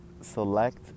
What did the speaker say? select